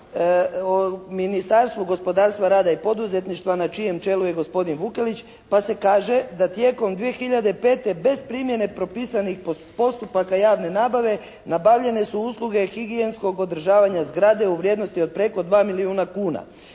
o Ministarstvu gospodarstva, rada i poduzetništva na čijem čelu je gospodin Vukelić, pa se kaže da tijekom 2005. bez primjene propisanih postupaka javne nabave nabavljene su usluge higijenskog održavanja zgrade u vrijednosti od preko 2 milijuna kuna.